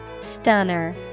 Stunner